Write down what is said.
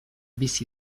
bizi